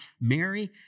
Mary